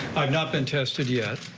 not been tested yet.